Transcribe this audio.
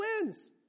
wins